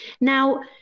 Now